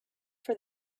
for